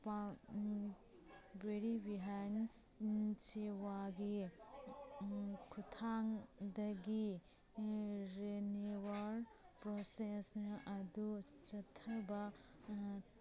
ꯄꯥꯛ ꯕꯦꯔꯤ ꯕꯤꯍꯥꯏꯟ ꯁꯦꯋꯥꯒꯤ ꯈꯨꯠꯊꯥꯡꯗꯒꯤ ꯔꯤꯅ꯭ꯌꯨꯌꯦꯜ ꯄ꯭ꯔꯣꯁꯦꯁ ꯑꯗꯨ ꯆꯠꯊꯕ